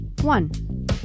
One